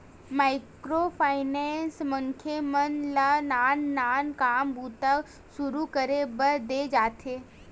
micro finance मनखे मन ल नान नान काम बूता सुरू करे बर देय जाथे